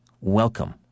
Welcome